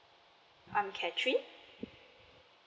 I'm catherine